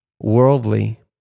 worldly